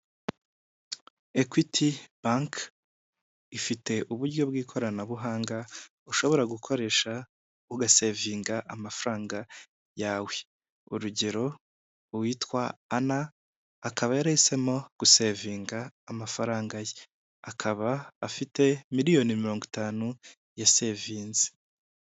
Equity Bank ifite uburyo bw'ikoranabuhanga ushobora gukoresha ugasevinga amafaranga yawe. Urugero: uwitwa Ana akaba yarahisemo gusevinga amafaranga ye, akaba afite miliyoni mirongo itanu yasevinze.